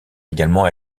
également